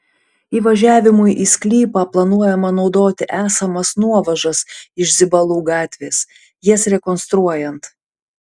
įvažiavimui į sklypą planuojama naudoti esamas nuovažas iš zibalų gatvės jas rekonstruojant